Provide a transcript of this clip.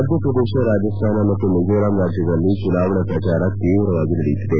ಮಧ್ಯಪ್ರದೇಶ ರಾಜಸ್ಥಾನ ಮತ್ತು ಮಿಜೋರಾಂ ರಾಜ್ಯಗಳಲ್ಲಿ ಚುನಾವಣಾ ಪ್ರಚಾರ ತೀವ್ರವಾಗಿ ನಡೆಯುತ್ತಿದೆ